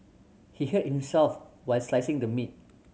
he hurt himself while slicing the meat